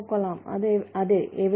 കൊള്ളാം അതെ എവിടെ